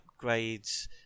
upgrades